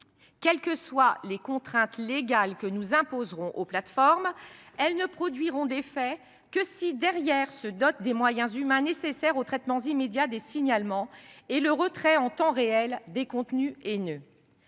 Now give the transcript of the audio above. Quelles que soient les contraintes légales que nous imposerons aux plateformes, elles ne produiront d’effets que si ces dernières se dotent des moyens humains nécessaires au traitement immédiat des signalements et au retrait en temps réel des contenus haineux.